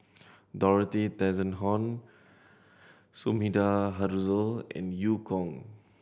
Dorothy Tessensohn Sumida Haruzo and Eu Kong